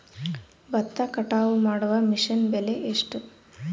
ಭತ್ತ ಕಟಾವು ಮಾಡುವ ಮಿಷನ್ ಬೆಲೆ ಎಷ್ಟು?